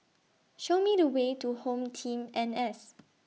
Show Me The Way to Home Team N S